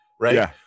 right